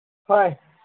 ꯍꯣꯏ